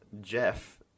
Jeff